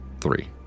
Three